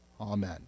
Amen